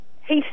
Hey